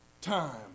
time